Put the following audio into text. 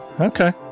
Okay